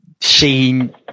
seen